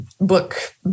book